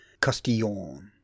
Castillon